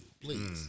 Please